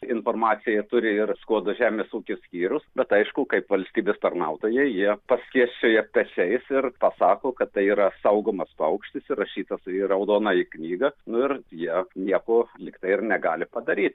informaciją turi ir skuodo žemės ūkio skyrius bet aišku kaip valstybės tarnautojai jie paskėsčioja pečiais ir pasako kad tai yra saugomas paukštis įrašytas į raudonąją knygą nu ir jie nieko lyg tai ir negali padaryt